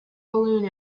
balloon